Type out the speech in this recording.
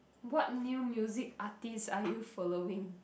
what new music artist are you following